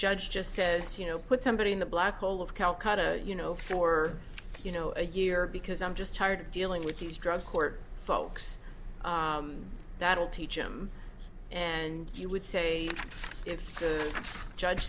judge just says you know put somebody in the black hole of calcutta you know for you know a year because i'm just tired of dealing with these drug court folks that'll teach them and you would say if the judge